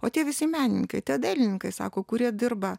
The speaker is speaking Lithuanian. o tie visi menininkai tie dailininkai sako kurie dirba